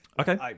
okay